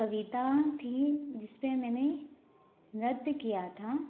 कविता थी जिस पे मैंने नृत्य किया था